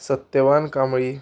Satyavan Kamali